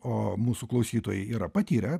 o mūsų klausytojai yra patyrę